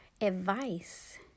advice